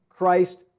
Christ